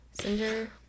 Cinder